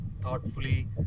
thoughtfully